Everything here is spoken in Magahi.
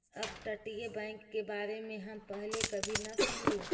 अपतटीय बैंक के बारे में हम पहले कभी न सुनली